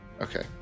Okay